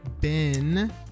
Ben